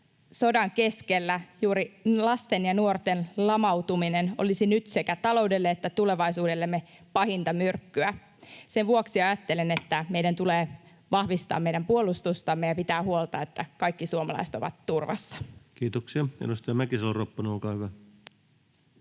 sodan keskellä juuri lasten ja nuorten lamautuminen olisi nyt sekä taloudelle että tulevaisuudellemme pahinta myrkkyä. Sen vuoksi ajattelen, että meidän tulee vahvistaa meidän puolustustamme ja pitää huolta, että kaikki suomalaiset ovat turvassa. Kiitoksia. — Edustaja Mäkisalo-Ropponen, olkaa hyvä.